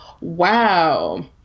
wow